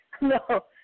No